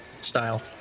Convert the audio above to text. style